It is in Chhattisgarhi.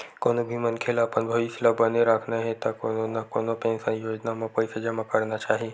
कोनो भी मनखे ल अपन भविस्य ल बने राखना हे त कोनो न कोनो पेंसन योजना म पइसा जमा करना चाही